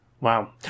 wow